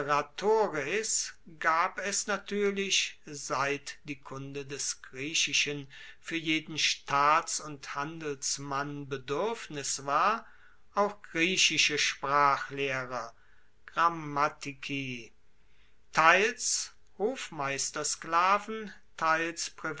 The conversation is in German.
gab es natuerlich seit die kunde des griechischen fuer jeden staats und handelsmann beduerfnis war auch griechische sprachlehrer teils hofmeister sklaven teils